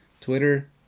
Twitter